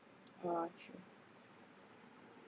!wah! true